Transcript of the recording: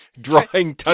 drawing